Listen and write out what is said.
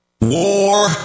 WAR